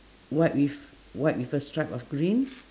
white with white with a stripe of green